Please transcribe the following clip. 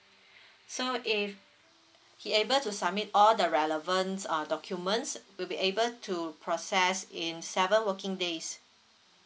so if he able to submit all the relevant uh documents we'll be able to process in seven working days